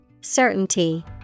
Certainty